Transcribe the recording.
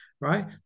Right